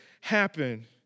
happen